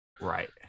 Right